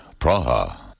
Praha